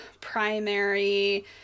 primary